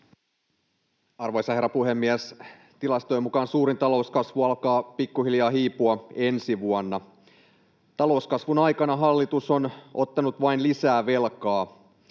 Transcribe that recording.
Arvoisa herra puhemies! Tilastojen mukaan suurin talouskasvu alkaa pikkuhiljaa hiipua ensi vuonna. Talouskasvun aikana hallitus on ottanut vain lisää velkaa.